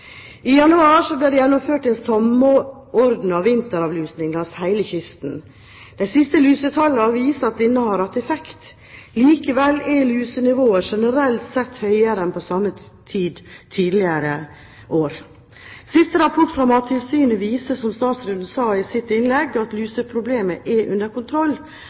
I januar ble det gjennomført en samordnet vinteravlusing langs hele kysten. De siste lusetallene viser at denne har hatt effekt. Likevel er lusenivået generelt sett høyere enn på samme tid tidligere år. Siste rapport fra Mattilsynet viser, som statsråden sa i sitt innlegg, at luseproblemet er under kontroll,